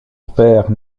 père